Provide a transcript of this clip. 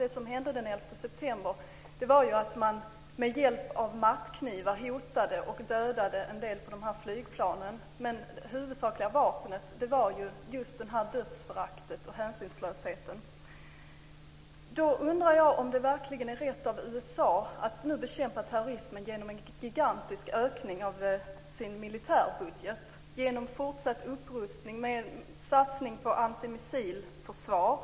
Det som hände den 11 september var att man med hjälp av mattknivar hotade och dödade en del människor på flygplanen, men det huvudsakliga vapnet var dödsföraktet och hänsynslösheten. Jag undrar om det verkligen är rätt av USA att bekämpa terrorismen genom en gigantisk ökning av militärbudgeten med fortsatt upprustning och satsning på antimissilförsvar.